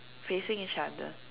facing each other